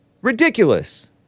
Ridiculous